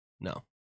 no